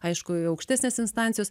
aišku ir aukštesnės instancijos